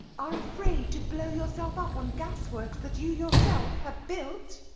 are afraid to blow yourself up on gas-woriks that you yourself have built?